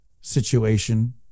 situation